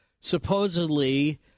supposedly